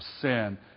sin